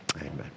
Amen